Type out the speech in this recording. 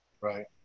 Right